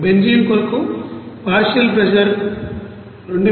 benzene కొరకు partial pressure 2560